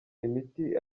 imiti